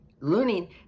Learning